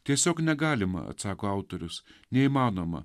tiesiog negalima atsako autorius neįmanoma